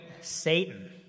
Satan